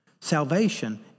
Salvation